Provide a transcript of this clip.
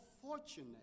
fortunate